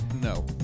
no